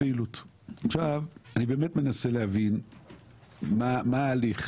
עכשיו, אני באמת מנסה להבין מה ההליך.